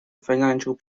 financial